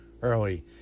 Early